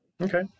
okay